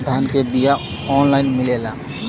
धान के बिया ऑनलाइन मिलेला?